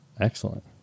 Excellent